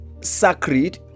sacred